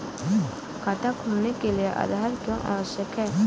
खाता खोलने के लिए आधार क्यो आवश्यक है?